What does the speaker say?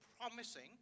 promising